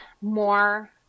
more